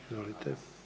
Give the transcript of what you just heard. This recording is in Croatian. Izvolite.